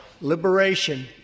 liberation